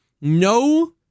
No